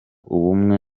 ubumwe